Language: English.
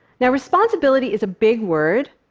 now responsibility is a big word.